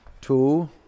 two